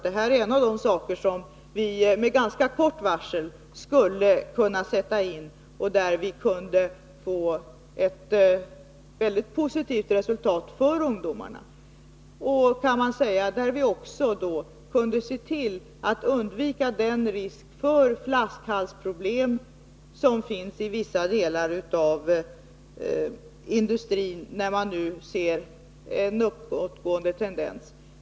Detta är en av de saker som vi med ganska kort varsel skulle kunna sätta i gång med och där vi kunde få ett väldigt positivt resultat för ungdomarna, och där vi också kunde se till att undvika den risk för flaskhalsproblem som finns i vissa delar av industrin när man nu ser en uppåtgående tendens.